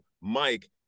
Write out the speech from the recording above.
Mike